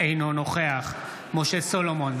אינו נוכח משה סולומון,